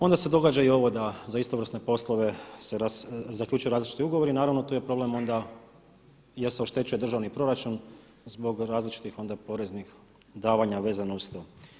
Onda se događa i ovo da za istovrsne poslove se zaključuju različiti ugovori i naravno tu je problem onda jer se oštećuje državni proračun zbog različitih onda poreznih davanja vezanih uz to.